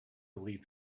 believed